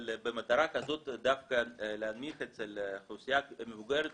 אבל במטרה כזאת דווקא להנמיך אצל האוכלוסייה המבוגרת